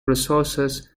resources